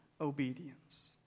obedience